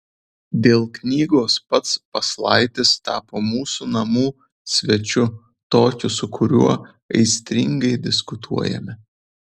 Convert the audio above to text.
dėl knygos ir pats paslaitis tapo mūsų namų svečiu tokiu su kuriuo aistringai diskutuojame